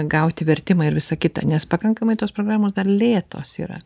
gauti vertimą ir visa kita nes pakankamai tos programos dar lėtos yra